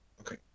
Okay